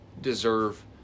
deserve